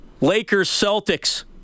Lakers-Celtics